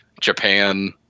Japan